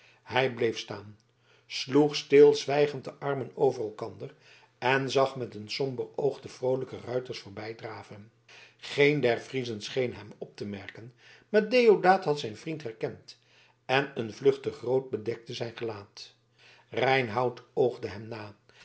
hij bleef staan sloeg stilzwijgend de armen over elkander en zag met een somber oog de vroolijke ruiters voorbij draven geen der friezen scheen hem op te merken maar deodaat had zijn vriend herkend en een vluchtig rood bedekte zijn gelaat reinout oogde hem na